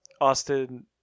Austin